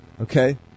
Okay